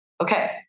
Okay